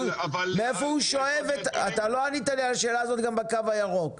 אתה לא ענית לי על השאלה הזו גם בקו הירוק,